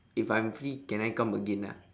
if I'm free can I come again ah